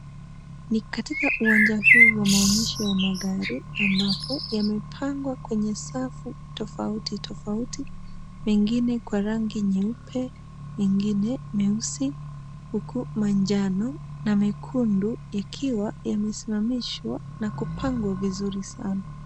Ni katika uwanja huu wa maonyesho ya magari ambapo yamepangwa kwenye safu tofautitofauti. Mengine kwa rangi nyeupe, mengine meusi huku manjano na mekundu yakiwa yamesimamishwa na kupangwa vizuri sana.